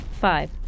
Five